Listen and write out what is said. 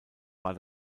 war